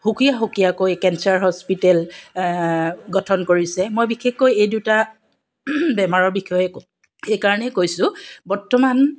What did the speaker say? সুকীয়া সুকীয়াকৈ cancer hospital গঠন কৰিছে মই বিশেষকৈ এই দুটা বেমাৰৰ বিষয়ে এই কাৰণেই কৈছোঁ বৰ্তমান